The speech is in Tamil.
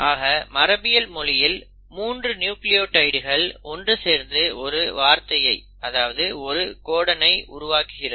ஆக மரபியல் மொழியில் 3 நியூக்ளியோடைட்கள் ஒன்று சேர்ந்து ஒரு வார்த்தையை அதாவது ஒரு கோடன் ஐ உருவாக்குகிறது